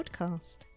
podcast